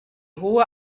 hohe